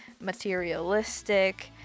materialistic